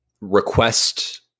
request